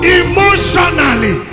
emotionally